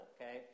okay